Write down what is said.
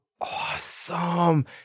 awesome